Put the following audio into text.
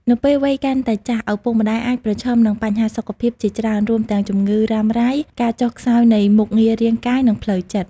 នៅពេលវ័យកាន់តែចាស់ ឪពុកម្ដាយអាចប្រឈមនឹងបញ្ហាសុខភាពជាច្រើន រួមទាំងជំងឺរ៉ាំរ៉ៃ ការចុះខ្សោយនៃមុខងាររាងកាយ និងផ្លូវចិត្ត។